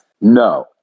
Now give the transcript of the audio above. No